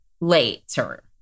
later